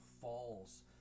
falls